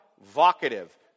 vocative